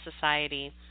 society